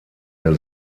der